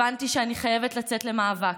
הבנתי שאני חייבת לצאת למאבק,